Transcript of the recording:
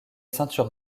ceinture